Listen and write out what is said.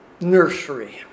nursery